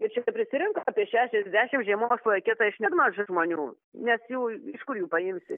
ir čia tai prisirinko apie šešiasdešimt žiemos laike tai iš vis mažai žmonių nes jų iš kur jų paimsi